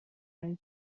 پنج